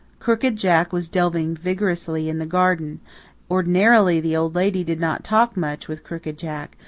crooked jack was delving vigorously in the garden ordinarily the old lady did not talk much with crooked jack,